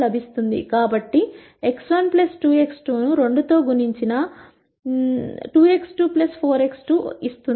కాబట్టి x1 2x2 ను 2 తో గుణించి న 2x1 4x2 ఇస్తుంది